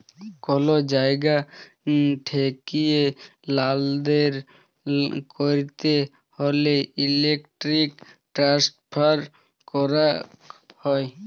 call জায়গা ঠেকিয়ে লালদেল ক্যরতে হ্যলে ইলেক্ট্রনিক ট্রান্সফার ক্যরাক হ্যয়